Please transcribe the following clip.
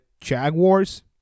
Jaguars